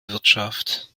wirtschaft